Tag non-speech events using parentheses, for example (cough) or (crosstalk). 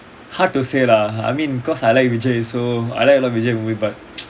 hard to say lah I mean cause I like Vijay so I like a lot of Vijay movie but (noise)